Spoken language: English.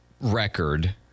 record